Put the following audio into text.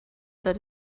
that